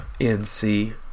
NC